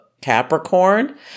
Capricorn